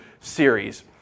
series